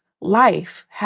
life